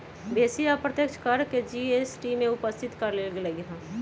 बेशी अप्रत्यक्ष कर के जी.एस.टी में उपस्थित क लेल गेलइ ह्